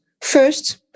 first